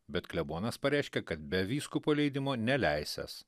bet klebonas pareiškė kad be vyskupo leidimo neleisiąs